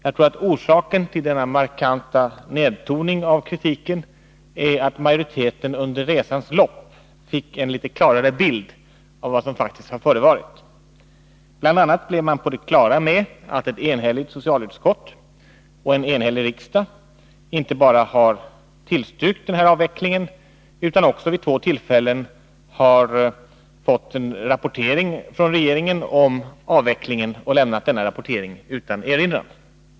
Jag tror att orsaken till denna markanta nedtoning av kritiken är att majoriteten under resans gång fått en något klarare bild av vad som faktiskt har förevarit. Bl. a. är man på det klara med att ett enhälligt socialutskott och en enhällig riksdag inte bara har tillstyrkt avvecklingen utan också vid två tillfällen fått rapportering från regeringen om avvecklingen och lämnat denna rapportering utan erinran.